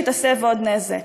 שהיא תסב עוד נזק.